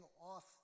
off